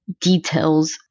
details